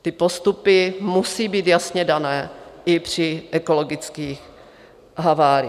Ty postupy musejí být jasně dané i při ekologických haváriích.